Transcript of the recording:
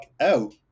out